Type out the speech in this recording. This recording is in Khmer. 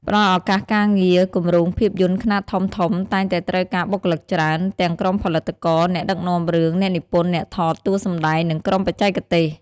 ផ្តល់ឱកាសការងារ គម្រោងភាពយន្តខ្នាតធំៗតែងតែត្រូវការបុគ្គលិកច្រើន ទាំងក្រុមផលិតករ អ្នកដឹកនាំរឿង អ្នកនិពន្ធ អ្នកថត តួសម្ដែង និងក្រុមបច្ចេកទេស។